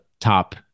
top